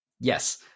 Yes